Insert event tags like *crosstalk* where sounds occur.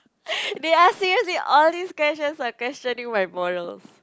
*breath* they are seriously all these questions are questioning my morals